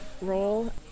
role